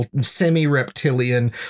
semi-reptilian